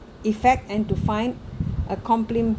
effect and to find a